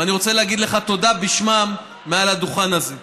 ואני רוצה להגיד לך תודה בשמם מעל הדוכן הזה,